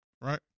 right